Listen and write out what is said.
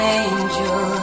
angel